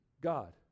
God